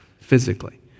physically